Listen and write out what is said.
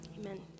Amen